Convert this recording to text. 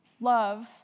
love